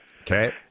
Okay